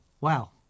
wow